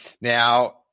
Now